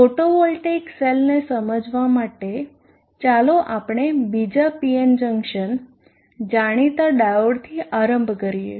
photovoltaic સેલને સમજવા માટે ચાલો આપણે બીજા PN જંકશન જાણીતા ડાયોડથી પ્રારંભ કરીએ